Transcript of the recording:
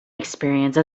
experience